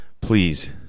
please